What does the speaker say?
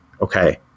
Okay